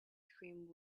dreams